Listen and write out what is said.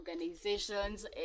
organizations